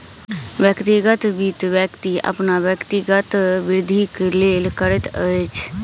व्यक्तिगत वित्त, व्यक्ति अपन व्यक्तिगत वृद्धिक लेल करैत अछि